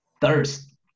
thirst